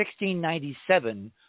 1697